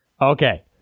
Okay